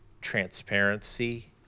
transparency